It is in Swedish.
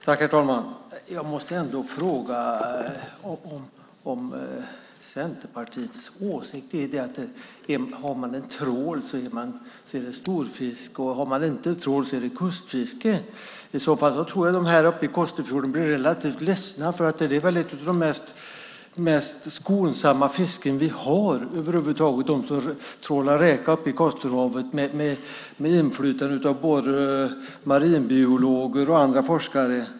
Herr talman! Jag måste ändå fråga om Centerpartiets åsikt är att om man har en trål är det fråga om storfiske, och har man inte en trål så är det fråga om kustfiske. I så fall tror jag att de uppe i Kosterfjorden blir relativt ledsna, för det är väl ett av de mest skonsamma fisken vi har över huvud taget, de som trålar räka uppe i Kosterhavet, med inflytande från både marinbiologer och andra forskare.